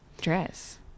dress